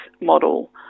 model